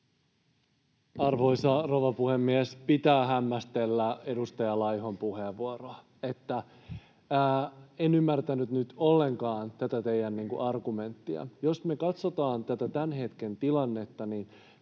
Arvoisa rouva puhemies! Pitää hämmästellä edustaja Laihon puheenvuoroa. En ymmärtänyt nyt ollenkaan tätä teidän argumenttianne. Jos me katsotaan tätä tämän hetken tilannetta,